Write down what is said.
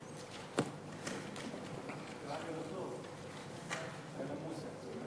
חברת הכנסת